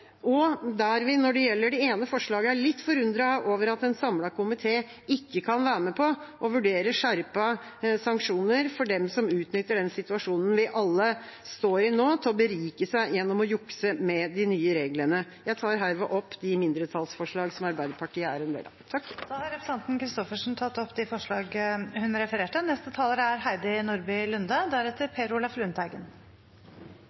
Når det gjelder det ene forslaget, er vi litt forundret over at en samlet komité ikke kan være med på å vurdere skjerpede sanksjoner mot dem som utnytter den situasjonen vi alle står i nå, til å berike seg gjennom å jukse med de nye reglene. Jeg tar herved opp de mindretallsforslagene som Arbeiderpartiet er en del av. Representanten Lise Christoffersen har tatt opp de forslagene hun refererte